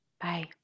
Bye